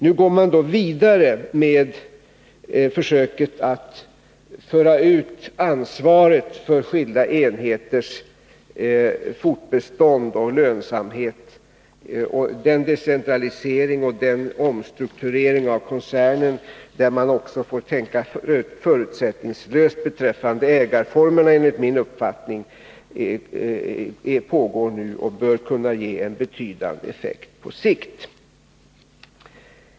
Nu går man vidare med försöket att föra ut ansvaret för de skilda enheternas fortbestånd och lönsamhet. En decentralisering och omstrukturering av koncernen — där man enligt min uppfattning också får tänka förutsättningslöst beträffande ägarformerna — pågår nu och bör kunna ge en betydande effekt på sikt.